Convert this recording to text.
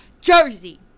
Jersey